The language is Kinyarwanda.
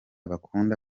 bakunda